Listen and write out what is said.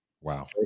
Wow